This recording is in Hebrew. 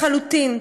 לחלוטין.